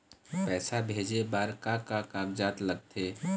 पैसा भेजे बार का का कागजात लगथे?